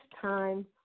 time